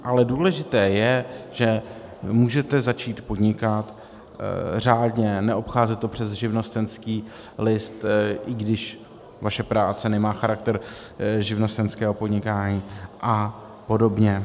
Ale důležité je, že můžete začít podnikat řádně, neobcházet to přes živnostenský list, i když vaše práce nemá charakter živnostenského podnikání, a podobně.